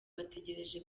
bategereje